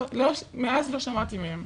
מאז לא שמעתי מהם.